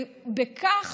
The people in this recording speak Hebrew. וכך